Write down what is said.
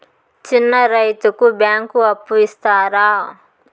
చిన్న రైతుకు బ్యాంకు అప్పు ఇస్తారా?